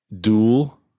Duel